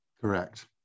Correct